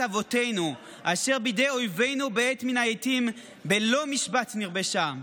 אבותינו אשר בידי אויבינו בעת מן העיתים בלא משפט נכבשה,